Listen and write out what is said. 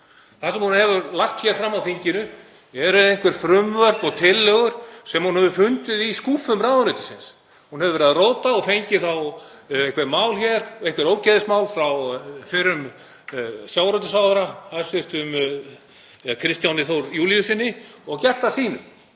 Það sem hún hefur lagt fram á þinginu eru einhver frumvörp og tillögur sem hún hefur fundið í skúffum ráðuneytisins. Hún hefur verið að róta og fengið þá einhver mál hér, einhver ógeðsmál frá fyrrum hæstv. sjávarútvegsráðherra, Kristjáni Þór Júlíussyni, og gert að sínum.